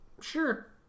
Sure